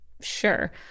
Sure